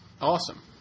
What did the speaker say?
Awesome